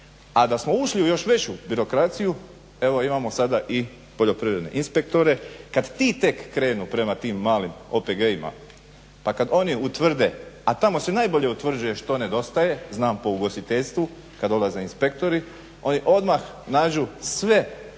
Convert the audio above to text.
A da smo ušli u još veću birokraciju. Evo imamo sada i poljoprivredne inspektore, kad ti tek krenu prema tim malim OPG-ima pa kad oni utvrde a tamo se najbolje utvrđuje što nedostaje, znam po ugostiteljstvu kada dolaze inspektori, oni odmah nađu sve